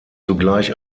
zugleich